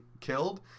killed